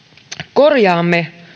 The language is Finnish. korjaamme